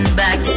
back